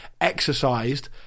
exercised